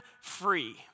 free